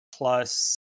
plus